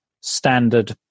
standard